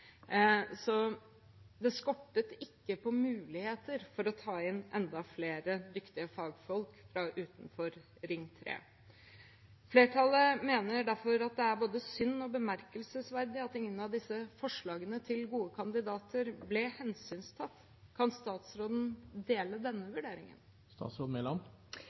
Så det skortet ikke på muligheter for å ta inn enda flere dyktige fagfolk fra utenfor ring 3. Flertallet mener derfor at det er både synd og bemerkelsesverdig at ingen av disse forslagene til gode kandidater ble hensyntatt. Kan statsråden dele denne vurderingen?